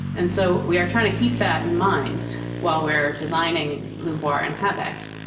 and so we are trying to keep that in mind while we are designing luvoir and habex.